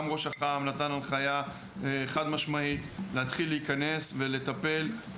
גם ראש אח"ם נתן הנחיה חד-משמעית להתחיל להיכנס ולטפל,